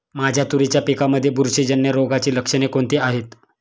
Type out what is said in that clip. माझ्या तुरीच्या पिकामध्ये बुरशीजन्य रोगाची लक्षणे कोणती आहेत?